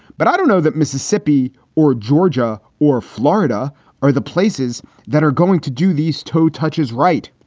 but i don't know that mississippi or georgia or florida are the places that are going to do these toe touches. right.